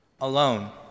alone